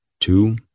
two